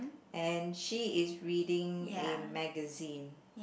and she is reading a magazine